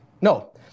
no